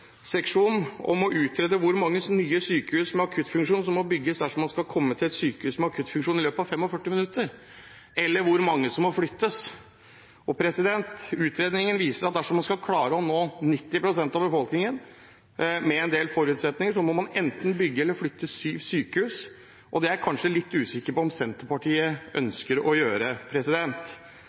enige om at ønsket er godt, at tanken er veldig god, og at det er noe vi gjerne skulle ønske oss. Men vi har bedt Stortingets utredningsseksjon utrede hvor mange nye sykehus med akuttfunksjon som må bygges dersom man skal komme til et sykehus med akuttfunksjon i løpet av 45 minutter, eller hvor mange som må flyttes. Utredningen viser at dersom man skal klare å nå 90 pst. av befolkningen – med en del forutsetninger – må man enten bygge eller flytte syv